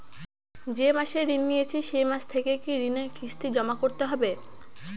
যে মাসে ঋণ নিয়েছি সেই মাস থেকেই কি ঋণের কিস্তি জমা করতে হবে?